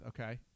okay